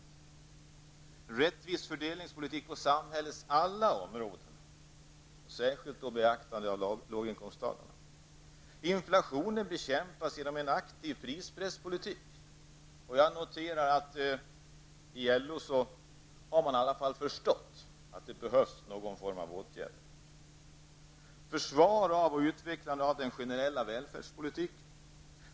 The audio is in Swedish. Vi vill ha en rättvis fördelningspolitik på samhällets alla områden; särskilt med beaktande av låginkomsttagare. Inflationen skall bekämpas genom en aktiv prispresspolitik. Jag noterar att man i LO i alla fall har förstått att det behövs någon form av åtgärd. Vi vill försvara och utveckla den generella välfärdspolitiken.